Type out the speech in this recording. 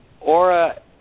aura